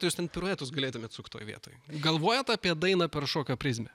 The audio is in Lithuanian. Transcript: tai jūs ten piruetus galėtumėt sukt toj vietoj galvojat apie dainą per šokio prizmę